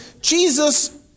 Jesus